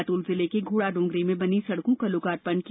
बैतूल जिले के घोड़ाडोंगरी में बनी सड़कों का लोकार्पण किया गया